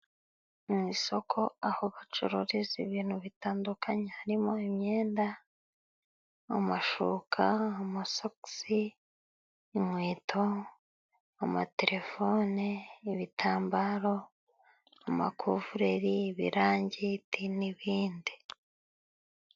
Mu isoko aho bacururiza ibintu bitandukanye harimo imyenda amashuka, amasogisi, inkweto, amatelefone, ibitambaro amakuvureri, ibirangiti n'ibindi.